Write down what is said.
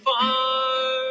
far